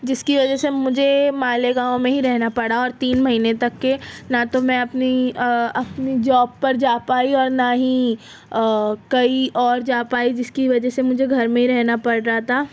جس کی وجہ سے مجھے مالیگاؤں میں ہی رہنا پڑا اور تین مہینے تک کے نہ تو میں اپنی اپنی جاب پر جا پائی اور نہ ہی کئی اور جا پائی جس کی وجہ سے مجھے گھر میں ہی رہنا پڑ رہا تھا